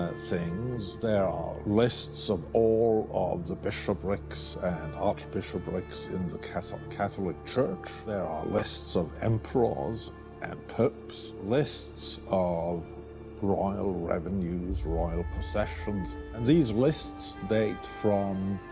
ah things. there are lists of all of the bishoprics and archbishoprics in the catholic catholic church. there are lists of emperors and popes. lists of royal revenues, royal possessions. and these lists date from,